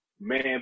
man